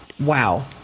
Wow